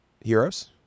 heroes